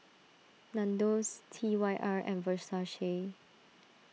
Nandos T Y R and Versace